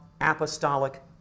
apostolic